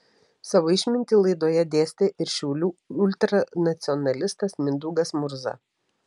savo išmintį laidoje dėstė ir šiaulių ultranacionalistas mindaugas murza